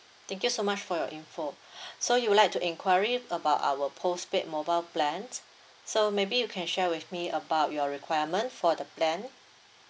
thank you so much for your info so you would like to inquiry about our postpaid mobile plan so maybe you can share with me about your requirement for the plan